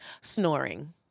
Snoring